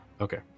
Okay